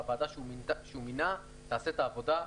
והוועדה שהוא מינה תעשה את העבודה.